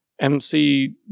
mc